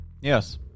Yes